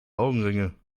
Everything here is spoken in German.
augenringe